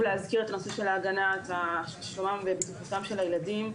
להזכיר את ההגנה על שלומם ובטיחותם של הילדים.